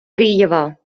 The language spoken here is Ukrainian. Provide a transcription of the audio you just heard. києва